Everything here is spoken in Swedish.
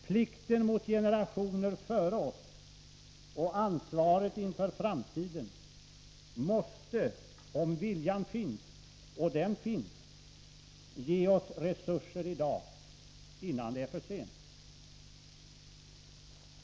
Plikten mot generationer före oss och ansvaret inför framtiden måste om viljan finns — och den finns — ge oss resurser i dag, innan det är för sent.